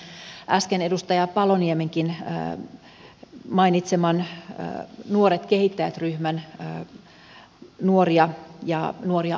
tapasin äsken edustaja paloniemenkin mainitseman nuoret kehittäjät ryhmän nuoria ja nuoria aikuisia